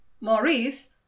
maurice